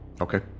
Okay